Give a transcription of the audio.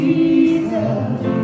Jesus